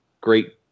great